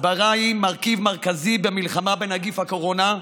הסברה היא מרכיב מרכזי במלחמה בנגיף הקורונה.